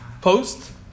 post